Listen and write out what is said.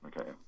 Okay